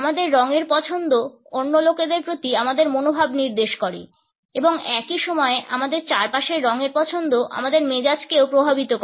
আমাদের রঙের পছন্দ অন্য লোকেদের প্রতি আমাদের মনোভাব নির্দেশ করে এবং একই সময়ে আমাদের চারপাশের রঙের পছন্দ আমাদের মেজাজকেও প্রভাবিত করে